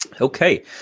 Okay